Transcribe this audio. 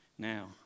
Now